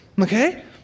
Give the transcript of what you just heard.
Okay